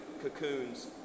cocoons